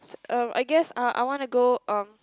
uh I guess uh I wanna go um